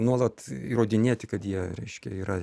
nuolat įrodinėti kad jie reiškia yra